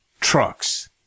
trucks